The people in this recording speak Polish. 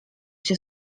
się